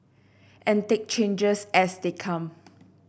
and take changes as they come